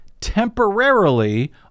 temporarily